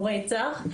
או רצח.